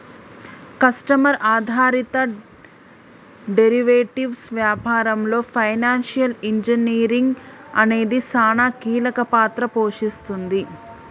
customer ఆధారిత derivatives వ్యాపారంలో financial engineering అనేది సానా కీలక పాత్ర పోషిస్తుంది